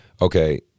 okay